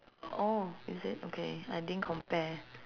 mm oh is it okay I didn't compare